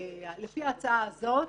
לפי ההצעה הזאת,